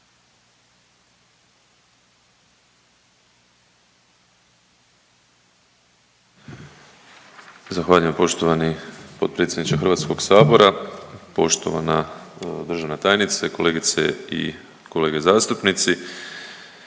Hvala poštovani predsjedniče Sabora. Poštovani državni tajniče, kolegice i kolege zastupnici.